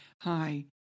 Hi